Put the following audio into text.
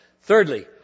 Thirdly